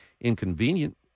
inconvenient